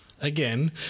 again